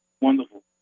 wonderful